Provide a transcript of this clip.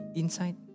inside